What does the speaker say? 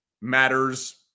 matters